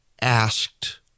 asked